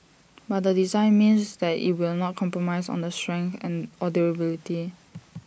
but the design means that IT will not compromise on the strength and or durability